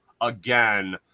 again